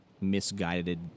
misguided